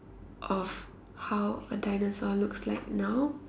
of how a dinosaur looks like now